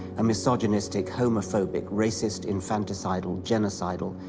a misogynistic, homophobic, racist, infanticidal, genocidal,